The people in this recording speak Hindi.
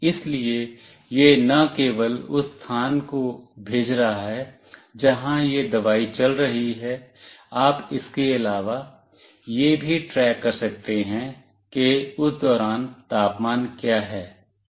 इसलिए यह न केवल उस स्थान को भेज रहा है जहां यह दवाई चल रही है आप इसके अलावा यह भी ट्रैक कर सकते हैं कि उस दौरान तापमान क्या है आदि